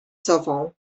sofą